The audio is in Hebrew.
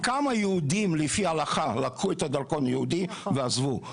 כמה יהודים לפי ההלכה לקחו את הדרכון היהודי ועזבו?